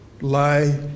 lie